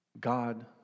God